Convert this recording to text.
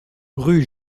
rue